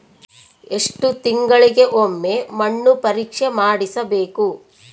ಎಷ್ಟು ತಿಂಗಳಿಗೆ ಒಮ್ಮೆ ಮಣ್ಣು ಪರೇಕ್ಷೆ ಮಾಡಿಸಬೇಕು?